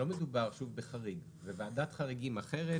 לא מדובר שוב בחריג, זאת ועדת חריגים אחרת.